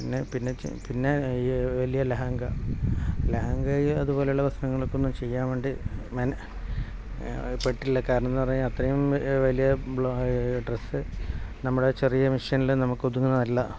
പിന്നെ പിന്നെ പിന്നെ ഈ വലിയ ലഹങ്ക ലഹങ്കയും അതുപോലെയുള്ള വസ്ത്രങ്ങളൊക്കൊന്നു ചെയ്യാൻ വേണ്ടി പറ്റില്ല കാരണമെന്നു പറഞ്ഞുകഴിഞ്ഞാൽ അത്രയും വലിയ ബ്ല ഡ്രസ്സ് നമ്മുടെ ചെറിയ മിഷനിൽ നമുക്കൊതുങ്ങുന്നതല്ല